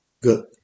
Good